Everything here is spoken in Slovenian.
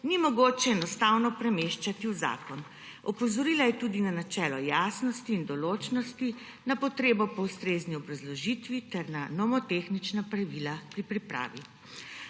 ni mogoče enostavno premeščati v zakon. Opozorila je tudi na načelo jasnosti in določnosti, na potrebo po ustrezni obrazložitvi ter na nomotehnična pravila pri pripravi.